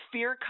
Fear